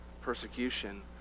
persecution